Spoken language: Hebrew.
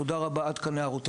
תודה רבה, עד כאן הערותינו.